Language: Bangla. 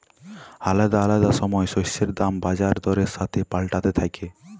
আলাদা আলাদা সময় শস্যের দাম বাজার দরের সাথে পাল্টাতে থাক্যে